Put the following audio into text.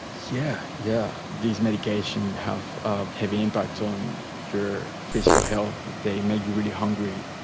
yeah, yeah these medications have a heavy impact on your physical health, they make you really hungry,